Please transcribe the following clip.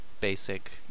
basic